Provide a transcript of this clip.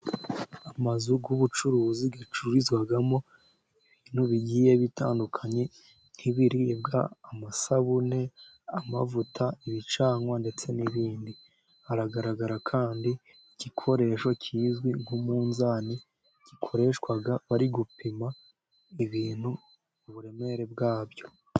Amazu y'ubucuruzi acururizwamo ibintu bigiye bitandukanye nk'ibiribwa, amasabune, amavuta, ibicanwa ndetse n'ibindi. Haragaragara kandi igikoresho kizwi nk'umunzani, gikoreshwa bari gupima ibintu n'uburemere bwa byo.